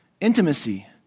Intimacy